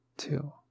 two